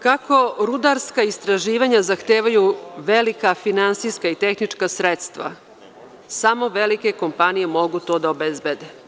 Kako rudarska istraživanja zahtevaju velika finansijska i tehnička sredstva, samo velike kompanije mogu to da obezbede.